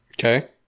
okay